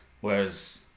Whereas